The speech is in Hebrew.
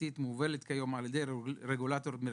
התעסוקתית מובלת כיום על ידי רגולטור מרכזי,